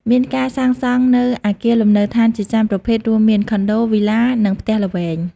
មានការសាងសង់នូវអគារលំនៅឋានជាច្រើនប្រភេទ រួមមាន ខុនដូ វីឡា និងផ្ទះល្វែង។